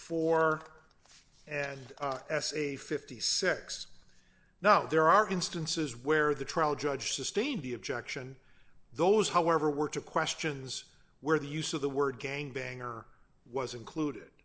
four and essay fifty six now there are instances where the trial judge sustain the objection those however were to questions where the use of the word gang banger was included